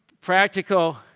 Practical